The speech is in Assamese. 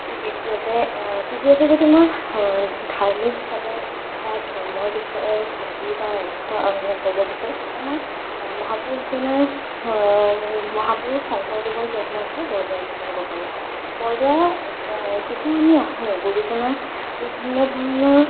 দ্বিতীয়তে তৃতীয়তে যদি মই ধাৰ্মিক হিচাপে বা ধৰ্মৰ বিষয়ে থাকি বা এখন ক'ব বিচাৰোঁ তেতিয়া মই মহাপুৰুষজনাৰ মহাপুৰুষ শংকৰদেৱৰ জন্মৰ ঠাই বৰদোৱাৰ কথা ক'ব পাৰোঁ বৰদোৱা যেতিয়া আমি আহোঁ গুৰুজনাৰ বিভিন্ন ধৰণৰ